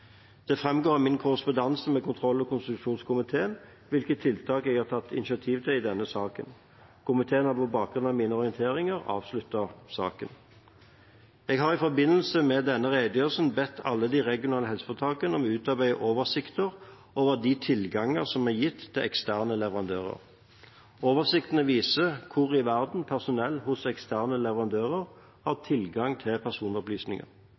Det framgår av min korrespondanse med kontroll- og konstitusjonskomiteen hvilke tiltak jeg har tatt initiativ til i denne saken. Komiteen har på bakgrunn av mine orienteringer avsluttet saken. Jeg har i forbindelse med denne redegjørelsen bedt alle de regionale helseforetakene om å utarbeide oversikter over de tilganger som er gitt til eksterne leverandører. Oversiktene viser hvor i verden personell hos eksterne leverandører har tilgang til personopplysninger.